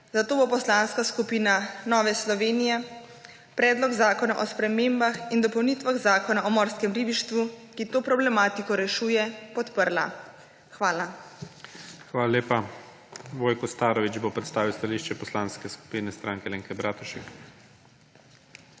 zato bo Poslanska skupina Nova Slovenija Predlog zakona o spremembah in dopolnitvah Zakona o morskem ribištvu, ki to problematiko rešuje, podprla. Hvala. **PREDSEDNIK IGOR ZORČIČ:** Hvala lepa. Vojko Starović bo predstavil stališče Poslanske skupine Stranke Alenke Bratušek.